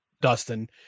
Dustin